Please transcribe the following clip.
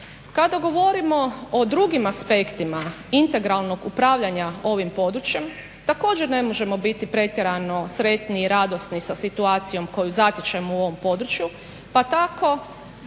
Kada govorimo o drugim aspektima integralnog upravljanja ovim područjem također ne možemo biti pretjerano sretni i radosni sa situacijom koju zatičemo u ovom području, pa tako